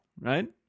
right